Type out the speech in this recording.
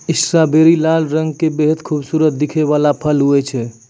strawberry लाल रंग के बेहद खूबसूरत दिखै वाला फल होय छै